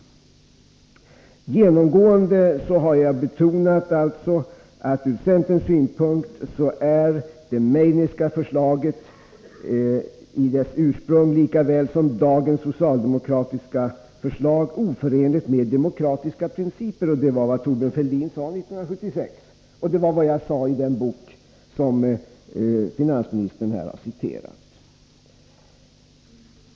Jag har genomgående betonat att från centerns synpunkt är det Meidnerska förslaget i dess ursprung lika väl som dagens socialdemokratiska förslag oförenligt med demokratiska principer, och det var det Thorbjörn Fälldin sade 1976. Det var också det jag sade i den bok som finansministern här har citerat.